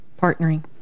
Partnering